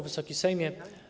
Wysoki Sejmie!